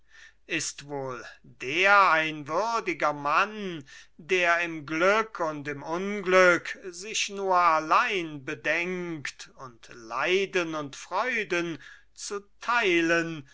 ist wohl der ein würdiger mann der im glück und im unglück sich nur allein bedenkt und leiden und freuden zu teilen